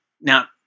Now